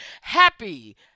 happy